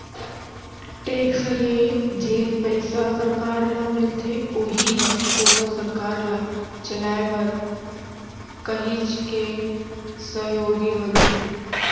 tax ले जेन पइसा सरकार ल मिलथे उही ह कोनो सरकार ल चलाय बर काहेच के सहयोगी बनथे